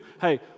Hey